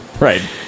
Right